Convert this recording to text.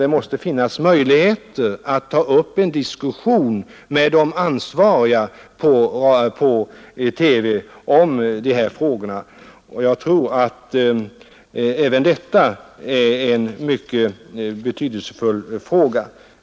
Det måste finnas möjligheter att ta upp en diskussion med de ansvariga hos TV om dessa frågor. Även detta är ett mycket betydelsefullt spörsmål.